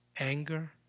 anger